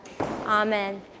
Amen